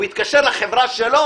הוא יתקשר לחברה שלו?